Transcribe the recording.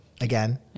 again